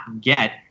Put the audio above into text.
get